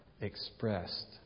expressed